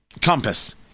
compass